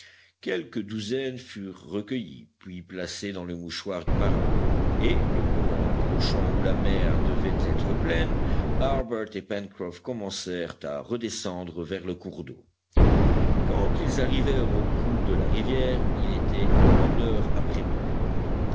quelques douzaines furent recueillies puis placées dans le mouchoir du marin et le moment approchant où la mer devait être pleine harbert et pencroff commencèrent à redescendre vers le cours d'eau quand ils arrivèrent au coude de la rivière il était une heure